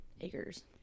acres